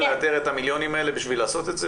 לאתר את המיליונים האלה בשביל לעשות את זה?